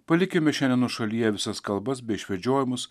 palikime šiandien nuošalyje visas kalbas bei išvedžiojimus